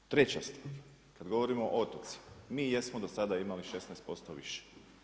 Treća stvar, kada govorimo o otocima, mi jesmo do sada imali 16% više.